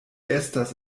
estas